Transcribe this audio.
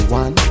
one